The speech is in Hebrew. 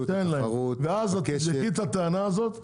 ואת תבדקי את הטענה הזאת,